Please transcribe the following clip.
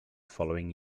following